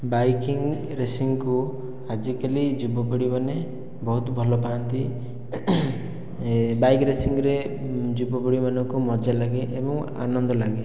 biking ରେସିଙ୍ଗକୁ ଆଜିକାଲି ଯୁବପିଢ଼ିମାନେ ବହୁତ ଭଲ ପାଆନ୍ତି ବାଇକ ରେସିଙ୍ଗରେ ଯୁବ ପିଢ଼ି ମାନଙ୍କୁ ମଜା ଲାଗେ ଏବଂ ଆନନ୍ଦ ଲାଗେ